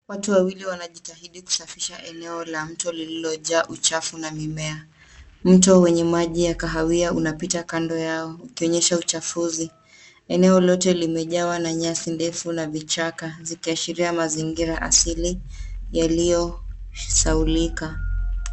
Watu wawili wanajitahidi kusafisha eneo la mto lililojaa uchafu na mimea. Mto wenye maji ya kahawia unapita kando yao ukionyesha uchafuzi. Eneo lote limejawa na nyasi ndefu na vichaka zikiashiria mazingira asili yaliosahaulika.